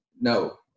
no